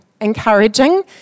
encouraging